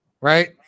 right